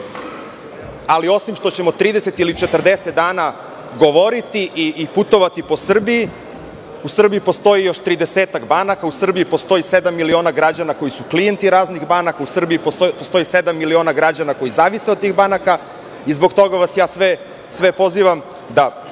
Osim što ćemo 30 ili 40 dana govoriti i putovati po Srbiji, u Srbiji postoji još tridesetak banaka, u Srbiji postoji sedam miliona građana koji su klijenti raznih banaka, u Srbiji postoji sedam miliona građana koji zavise od tih banaka i zbog toga vas sve pozivam da,